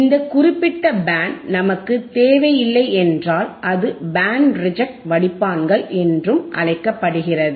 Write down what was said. இந்த குறிப்பிட்ட பேண்ட் நமக்குத் தேவையில்லை என்றால் அது பேண்ட் ரிஜெக்ட் வடிப்பான்கள் என்றும் அழைக்கப்படுகிறது